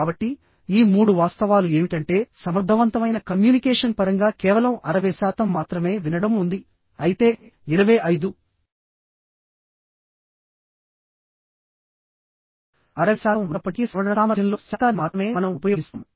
కాబట్టి ఈ మూడు వాస్తవాలు ఏమిటంటే సమర్థవంతమైన కమ్యూనికేషన్ పరంగా కేవలం 60 శాతం మాత్రమే వినడం ఉంది అయితే 25 60 శాతం ఉన్నప్పటికీ శ్రవణ సామర్థ్యంలో శాతాన్ని మాత్రమే మనం ఉపయోగిస్తాము